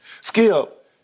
Skip